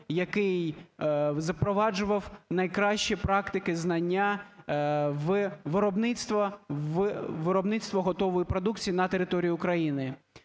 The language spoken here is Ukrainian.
який запроваджував найкращі практики, знання в виробництво, в виробництво готової продукції на території України.